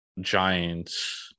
Giants